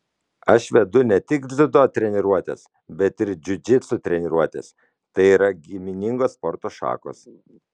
aš vedu ne tik dziudo treniruotes bet ir džiudžitsu treniruotes tai yra giminingos sporto šakos